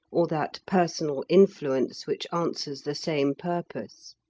or that personal influence which answers the same purpose